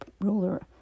ruler